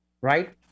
right